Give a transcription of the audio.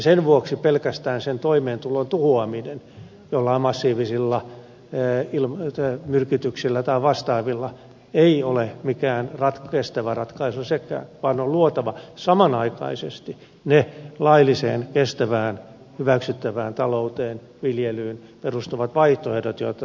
sen vuoksi pelkästään sen toimeentulon tuhoaminen joillain massiivisilla myrkytyksillä tai vastaavilla ei ole mikään kestävä ratkaisu sekään vaan on luotava samanaikaisesti ne lailliseen kestävään hyväksyttävään talouteen viljelyyn perustuvat vaihtoehdot joita tuo maa tarvitsee